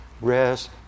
rest